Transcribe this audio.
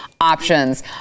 options